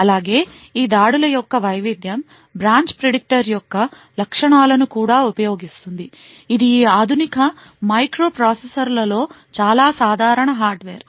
అలాగే ఈ దాడుల యొక్క వైవిధ్యం బ్రాంచ్ ప్రిడిక్టర్ యొక్క లక్షణాలను కూడా ఉపయోగిస్తుంది ఇది ఈ ఆధునిక మైక్రో ప్రాసెసర్ల లో చాలా సాధారణ హార్డ్వేర్